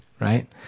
Right